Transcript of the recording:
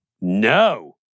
No